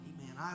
Amen